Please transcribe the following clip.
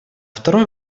второй